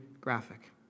graphic